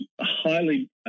highly